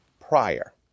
prior